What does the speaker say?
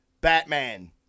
Batman